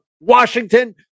Washington